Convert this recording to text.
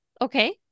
Okay